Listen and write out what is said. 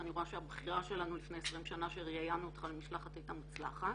ואני רואה שהבחירה שלנו לפני 20 שנה שראיינו אותך למשלחת הייתה מוצלחת.